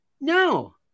No